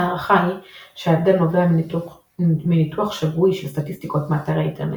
ההערכה היא שההבדל נובע מניתוח שגוי של סטטיסטיקות מאתרי אינטרנט,